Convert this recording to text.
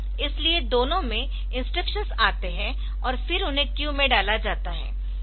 इसलिए दोनों में इंस्ट्रक्शंस आते है और फिर उन्हें क्यू में डाला जाता है